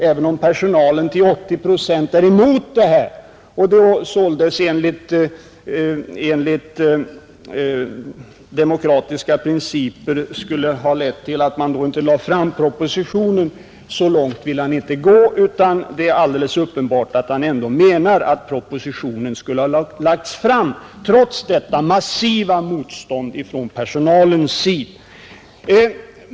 Även om personalen till 80 procent är emot utflyttning och detta således enligt vad vissa kritiker hävdar borde ha lett till att man då inte lade fram propositionen, vill herr Sjönell inte gå så långt, utan det är alldeles uppenbart att han menar att propositionen skulle läggas fram trots detta massiva motstånd från personalens sida.